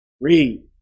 Read